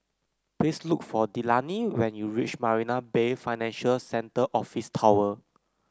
please look for Delaney when you reach Marina Bay Financial Centre Office Tower